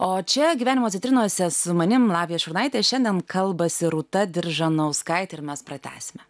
o čia gyvenimo citrinose su manim lavija šurnaite šiandien kalbasi rūta diržanauskaitė ir mes pratęsime